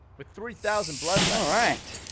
with three thousand blood left! alright!